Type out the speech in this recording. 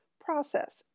process